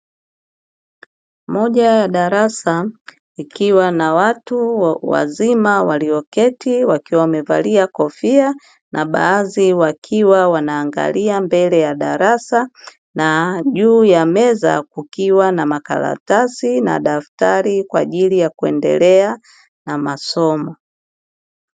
Moja ya darasa likiwa na qatu wazima walioketi wakiwa wamevalia kofia, na baadhi wakiwa mbele ya darasa na mbele ya meza kukiwa na makaratasi, daftari kwa ajili ya kuendelea na masomo.